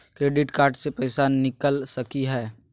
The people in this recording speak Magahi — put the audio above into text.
क्रेडिट कार्ड से पैसा निकल सकी हय?